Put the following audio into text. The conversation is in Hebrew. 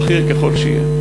בכיר ככל שיהיה.